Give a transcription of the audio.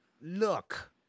look